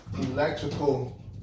electrical